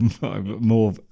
more